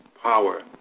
Power